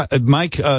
Mike